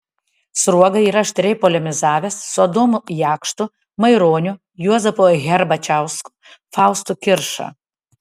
sruoga yra aštriai polemizavęs su adomu jakštu maironiu juozapu herbačiausku faustu kirša